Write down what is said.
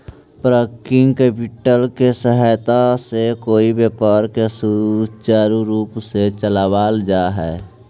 working capital के सहायता से कोई व्यापार के सुचारू रूप से चलावल जा हई